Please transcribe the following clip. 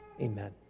Amen